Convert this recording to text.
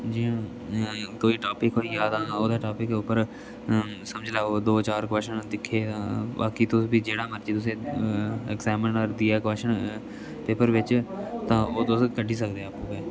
जियां कोई टापिक होई गेआ तां ओह्दे टापिक उप्पर समझी लैओ दो चार क्वेस्चन दिक्खे तां बाकी तुस फ्ही जेहड़ा मर्ज़ी तुसें ऐक्जामिनर देयै क्वेस्चन पेपर बिच्च तां ओह् तुस कड्ढी सकदे आपूं गै